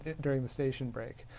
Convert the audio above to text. during the station break.